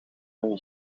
een